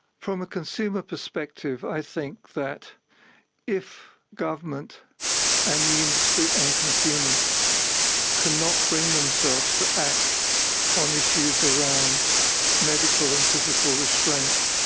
from a consumer perspective i think that if government and the industry and consumers cannot bring themselves to act on issues around medical and physical physical restraint